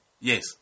Yes